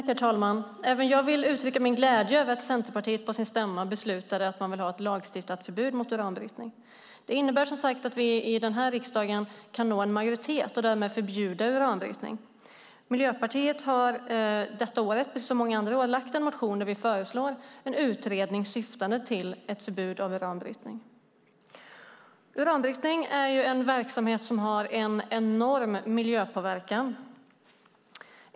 Herr talman! Även jag vill uttrycka min glädje över Centerpartiets beslut på sin stämma. Man vill ha ett lagstiftat förbud mot uranbrytning. Det innebär, som sagt, att vi i denna riksdag kan nå en majoritet och därmed förbjuda uranbrytning. Miljöpartiet har i år, precis som vi gjort många andra år, väckt en motion där vi föreslår en utredning syftande till ett förbud mot uranbrytning. Uranbrytning är en verksamhet som har en enorm miljöpåverkan.